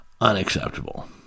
unacceptable